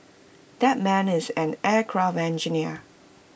that man is an aircraft engineer